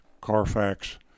Carfax